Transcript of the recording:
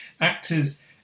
actors